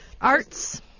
Arts